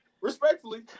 Respectfully